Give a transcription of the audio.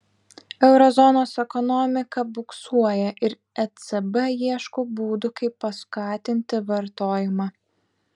euro zonos ekonomika buksuoja ir ecb ieško būdų kaip paskatinti vartojimą